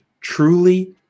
Truly